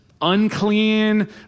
unclean